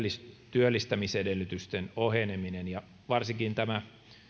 työllistämisedellytysten oheneminen varsinkin tämä